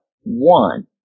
One